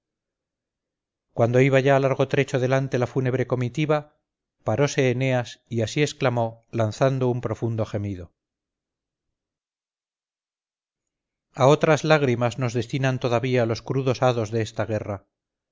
cuando iba ya largo trecho delante la fúnebre comitiva parose eneas y así exclamó lanzando un profundo gemido a otras lágrimas nos destinan todavía los crudos hados de esta guerra